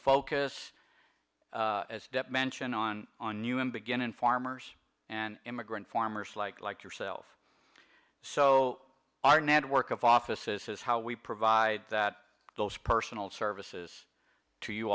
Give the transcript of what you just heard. focus as dep mentioned on on human begin and farmers and immigrant farmers like like yourself so our network of offices is how we provide that those personal services to you